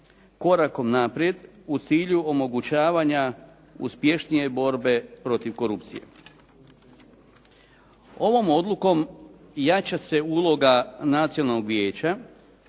korakom naprijed u cilju omogućavanja uspješnije borbe protiv korupcije. Ovom odlukom jača se uloga Nacionalnog vijeća